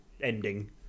ending